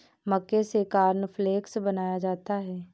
मक्के से कॉर्नफ़्लेक्स बनाया जाता है